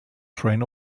train